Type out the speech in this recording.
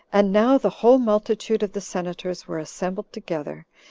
and now the whole multitude of the senators were assembled together,